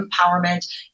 empowerment